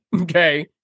Okay